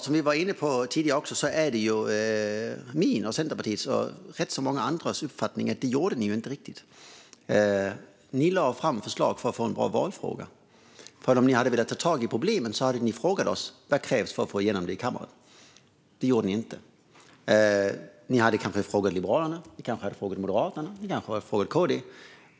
Som vi var inne på tidigare är min och Centerpartiets och rätt många andras uppfattning att det gjorde ni inte riktigt. Ni lade fram förslag för att få en bra valfråga. Om ni velat ta tag i problemen hade ni frågat oss vad som krävdes för att få igenom det i kammaren. Det gjorde ni inte. Ni kunde ha frågat Liberalerna. Ni kunde ha frågat Moderaterna. Ni kunde ha frågat KD.